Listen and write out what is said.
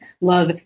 love